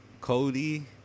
Cody